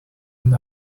and